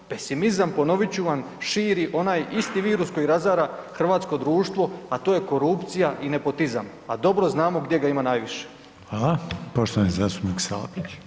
Pesimizam, ponovit ću vam, širi onaj isti virus koji razara hrvatsko društvo, a to je korupcija i nepotizam, a dobro znamo gdje ga ima najviše.